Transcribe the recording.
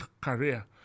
career